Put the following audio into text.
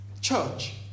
church